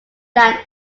land